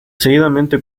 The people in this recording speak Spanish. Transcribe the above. seguidamente